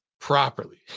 Properly